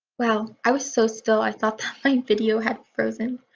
wow i was so still i thought that my video had frozen.